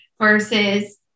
versus